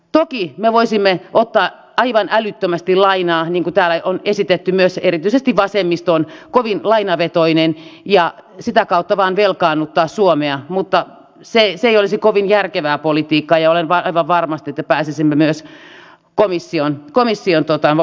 toki me voisimme ottaa aivan älyttömästi lainaa niin kuin täällä on esitetty myös ja erityisesti vasemmisto on kovin lainavetoinen ja sitä kautta vain velkaannuttaa suomea mutta se ei olisi kovin järkevää politiikkaa ja olen aivan varma että pääsisimme myös komission valvontaan ja ohjaukseen